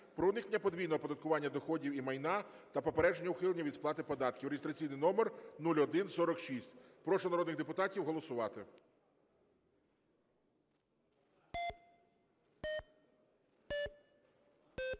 про уникнення подвійного оподаткування доходів і майна та попередження ухилень від сплати податків (реєстраційний номер 0146). Прошу народних депутатів голосувати.